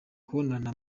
kubonana